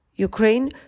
Ukraine